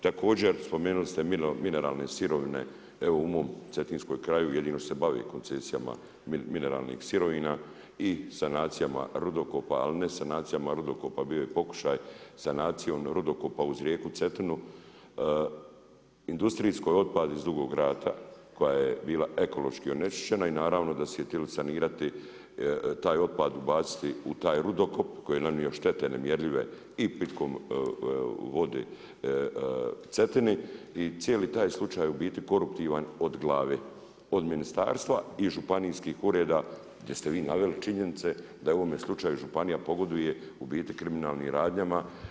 Također spomenuli ste mineralne sirovine, evo u mom Cetinskom kraju, jedino se bavi koncesija mineralnih sirovina i sanacija rudokopa, ali ne sanacija rudokopa, bio je pokušaj sanacije rudokopa uz rijeku Cetinu, industrijski otpad iz Dugog rata, koja je bila ekološki neonesvješćena i naravno da su htjeli sanirati taj otpad baciti u taj rudokop, koji je nanio štete nemjerljive i pitkom vode Cetini i cijeli taj slučaj u biti proaktivan od glave, od ministarstva i županijskih ureda gdje ste vi naveli činjenice da u ovome slučaju županija pogoduje u biti kriminalnim radnjama.